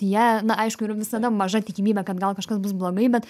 ja na aišku yra visada maža tikimybė kad gal kažkas bus blogai bet